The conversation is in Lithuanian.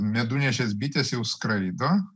medunešis bitės jau skraido